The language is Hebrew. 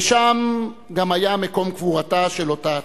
ושם גם היה מקום קבורתה של אותה הצעה.